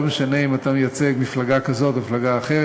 זה לא משנה אם אתה מייצג מפלגה כזאת או מפלגה אחרת.